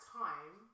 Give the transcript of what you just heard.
time